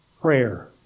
Prayer